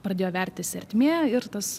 pradėjo vertis ertmė ir tas